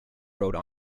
rode